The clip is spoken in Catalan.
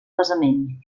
basament